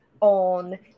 on